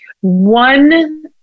One